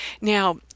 Now